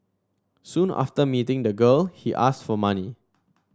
soon after meeting the girl he asked for money